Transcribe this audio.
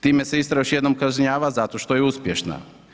Time se Istra još jednom kažnjava zato što je uspješna.